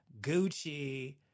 Gucci